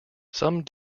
some